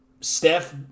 Steph